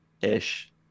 ish